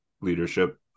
leadership